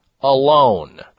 alone